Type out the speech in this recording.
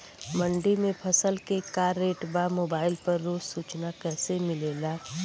मंडी में फसल के का रेट बा मोबाइल पर रोज सूचना कैसे मिलेला?